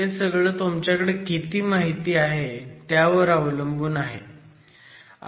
हे सगळं तुमच्याकडे किती माहिती आहे त्यावर अवलंबून आहे